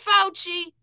Fauci